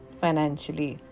financially